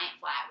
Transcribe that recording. flat